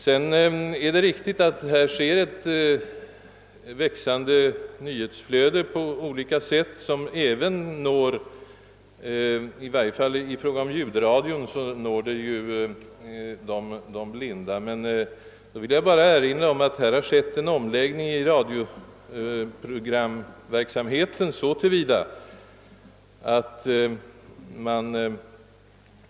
Det är riktigt att nyhetsflödet på olika sätt växer, och att detta främst genom <ljudradions nyhetsförmedling når även de blinda. Jag vill emellertid erinra om att radioprogramverksamheten har lagts om på en i detta sammanhang relevant punkt.